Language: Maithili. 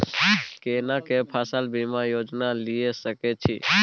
केना के फसल बीमा योजना लीए सके छी?